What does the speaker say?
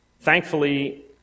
Thankfully